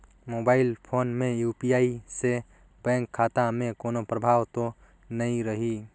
Mobile phone मे UPI से bank खाता मे कोनो प्रभाव तो नइ रही?